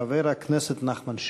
חבר הכנסת נחמן שי.